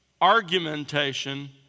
argumentation